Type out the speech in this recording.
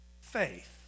Faith